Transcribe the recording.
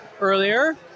earlier